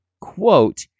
quote